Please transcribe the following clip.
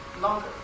longer